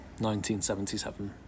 1977